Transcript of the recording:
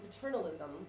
paternalism